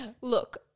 Look